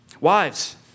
Wives